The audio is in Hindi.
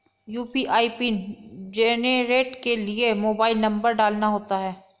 यू.पी.आई पिन जेनेरेट के लिए मोबाइल नंबर डालना होता है